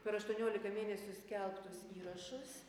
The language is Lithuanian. per aštuoniolika mėnesių skelbtus įrašus